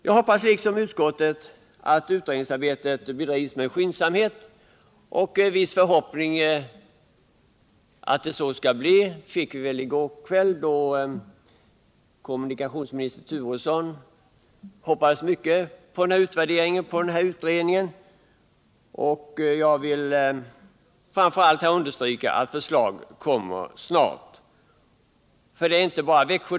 Jag hoppas liksom utskottet att utredningsarbetet vedrivs med skyndsamhet. Man fick vissa förhoppningar om att så skall ske då kommunikationsminister Turesson i går kväll framförde att han väntar sig mycket av den utvärdering som skall göras. Jag vill framför allt understryka nödvändigheten av att förslag läggs fram snart.